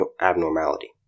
abnormality